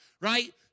right